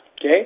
okay